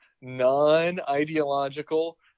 non-ideological